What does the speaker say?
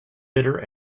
bitter